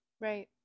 Right